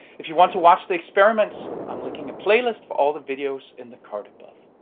if you want to watch the experiments, i'm linking a playlist for all the videos in the card above.